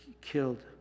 killed